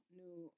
new